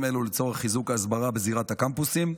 האלה לצורך חיזוק ההסברה בזירת הקמפוסים.